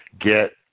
get